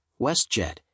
WestJet